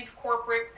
corporate